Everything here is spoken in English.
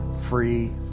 free